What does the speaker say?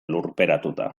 lurperatuta